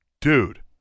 Dude